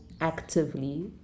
actively